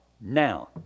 now